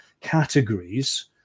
categories